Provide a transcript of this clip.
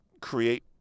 create